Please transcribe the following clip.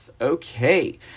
Okay